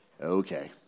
okay